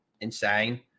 insane